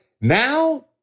now